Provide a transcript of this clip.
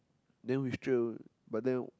than we straightaway but then